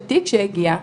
של תיק שהגיע,